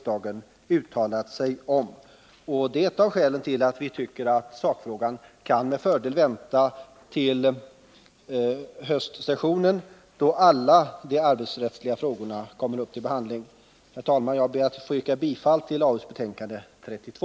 Det är ett av skälen till att vi tycker att behandlingen av denna fråga med fördel kan vänta till höstsessionen, då alla de arbetsrättsliga frågorna kommer upp till behandling. Herr talman! Jag ber att få yrka bifall till hemställan i arbetsmarknadsutskottets betänkande 32.